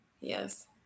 Yes